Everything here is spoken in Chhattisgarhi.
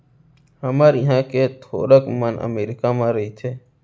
हमर इहॉं के थोरक मन अमरीका म रइथें